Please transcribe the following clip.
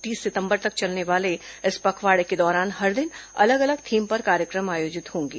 तीस सितंबर तक चलने वाले इस पखवाड़े के दौरान हर दिन अलग अलग थीम पर कार्यक्रम आयोजित होंगे